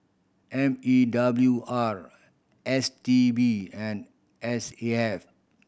M E W R S T B and S A F